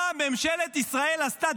מה ממשלת ישראל עשתה?